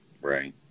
Right